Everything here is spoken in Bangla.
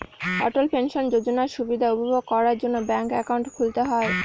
অটল পেনশন যোজনার সুবিধা উপভোগ করার জন্য ব্যাঙ্ক একাউন্ট খুলতে হয়